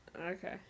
Okay